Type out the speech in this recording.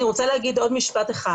אני רוצה להגיד עוד משפט אחד,